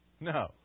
No